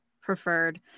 preferred